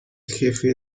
jefe